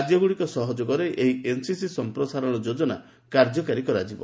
ରାଜ୍ୟଗୁଡ଼ିକ ସହଯୋଗରେ ଏହି ଏନ୍ସିସି ସମ୍ପ୍ରସାରଣ ଯୋଜନା କାର୍ଯ୍ୟକାରୀ କରାଯିବ